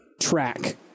track